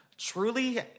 Truly